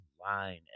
line